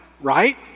right